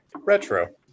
Retro